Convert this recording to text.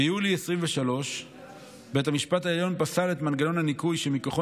ביולי 2023 בית המשפט העליון פסל את מנגנון הניכוי שמכוחו